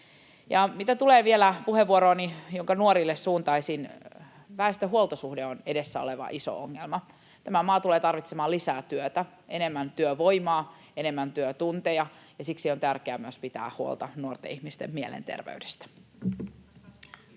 mitä tulee vielä puheenvuorooni, jonka nuorille suuntaisin, väestön huoltosuhde on edessä oleva iso ongelma. Tämä maa tulee tarvitsemaan lisää työtä, enemmän työvoimaa, enemmän työtunteja, ja siksi on tärkeää myös pitää huolta nuorten ihmisten mielenterveydestä.